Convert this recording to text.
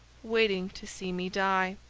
waiting to see me die.